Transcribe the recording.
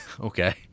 Okay